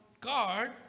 guard